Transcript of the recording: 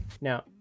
now